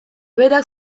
berak